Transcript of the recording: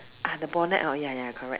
ah the bonnet hor ya ya correct